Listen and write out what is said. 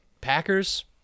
Packers